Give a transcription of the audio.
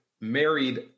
married